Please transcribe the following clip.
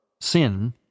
sin